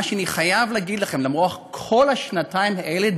אני חייב להגיד לכם שלמרות כל השנתיים האלה,